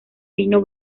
vino